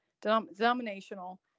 denominational